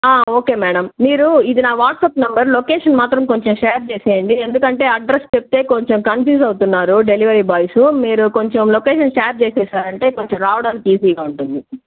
okay madam మీరు ఇది నా వాట్స్అప్ నంబర్ లొకేషన్ మాత్రం కొంచెం షేర్ చేసేయండి ఎందుకంటే అడ్రెస్ పెడితే కొంచెం కన్ఫ్యూజ్ అవుతున్నారు డెలివరీ బాయ్స్ మీరు కొంచెం లొకేషన్ షేర్ చేసేశారంటే కొంచెం రావడానికి ఈజీగా ఉంటుంది